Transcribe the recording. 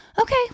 okay